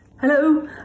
Hello